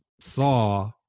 saw